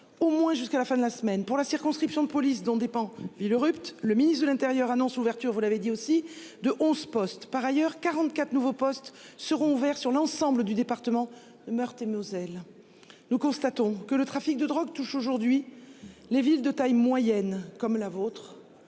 au moins jusqu'à la fin de la semaine pour la circonscription de police dont dépend Villerupt. Le ministre de l'Intérieur annonce l'ouverture, vous l'avez dit aussi de 11 postes. Par ailleurs, 44 nouveaux postes seront ouverts sur l'ensemble du département de Meurthe-et-Moselle. Nous constatons que le trafic de drogue touche aujourd'hui. Les villes de taille moyenne comme la vôtre.